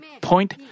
point